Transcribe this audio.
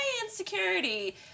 insecurity